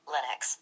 Linux